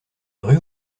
rue